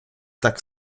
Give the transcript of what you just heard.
так